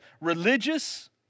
Religious